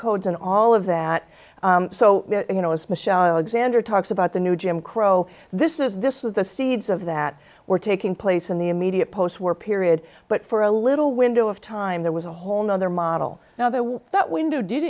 in all of that so you know as michelle alexander talks about the new jim crow this is this was the seeds of that were taking place in the immediate post war period but for a little window of time there was a whole nother model now there that window d